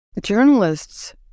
Journalists